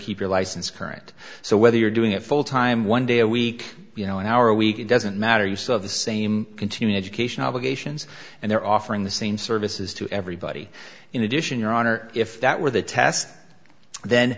keep your license current so whether you're doing it full time one day a week you know an hour a week it doesn't matter you saw the same continuing education obligations and they're offering the same services to everybody in addition your honor if that were the test then